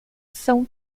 são